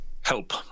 help